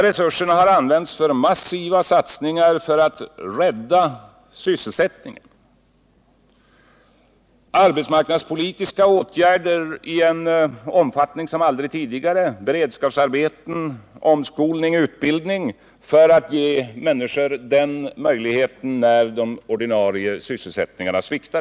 Resurserna har använts till massiva satsningar för att rädda sysselsättningen. Det har varit arbetsmarknadspolitiska åtgärder i en omfattning som aldrig tidigare, beredskapsarbeten, omskolning, utbildning, för att ge människorna de möjligheterna när den ordinarie sysselsättningen sviktat.